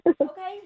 Okay